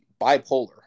bipolar